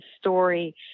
story